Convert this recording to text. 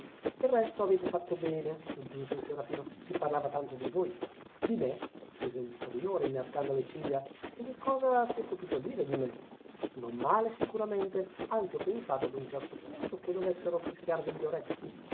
del resto avete fatto bene soggiunse il serafino si parlava tanto di voi di me chiese il priore inarcando le ciglia e che cosa si è potuto dire di me non male sicuramente anzi ho pensato ad un certo punto che dovessero fischiarvi gli orecchi